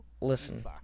Listen